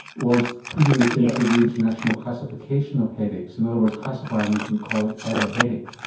was putting this into the international classification of headaches. in other words, classifying infant colic as a headache,